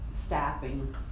staffing